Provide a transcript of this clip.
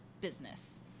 business